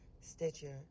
Stitcher